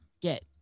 get